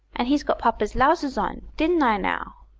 and he's got papa's lowsers on, didn't i now?